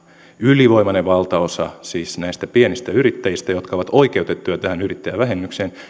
ylivoimainen valtaosa näistä pienistä yrittäjistä jotka ovat oikeutettuja tähän yrittäjävähennykseen